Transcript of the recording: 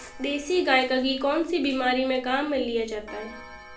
देसी गाय का घी कौनसी बीमारी में काम में लिया जाता है?